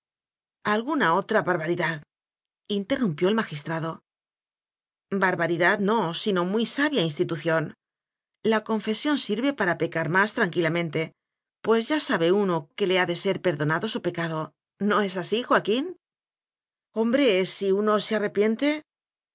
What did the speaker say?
alguna otra barbaridadinterrumpió el magistrado barbaridad no sino muy sabia insti tución la confesión sirve para pecar más tranquilamente pues ya sabe uno que le ha de ser perdonado su pecado no es así joa quín hombre si uno no se arrepiente